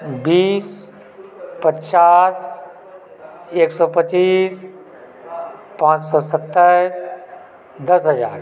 बीस पचास एक सए पचीस पाँच सए सत्ताइस दस हजार